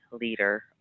Leader